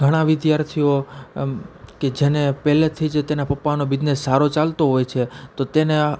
ઘણા વિદ્યાર્થીઓ કે જેને પહેલેથી જ તેના પપ્પાનો બીજનેસ સારો ચાલતો હોય છે તો તેના